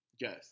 Yes